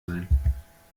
sein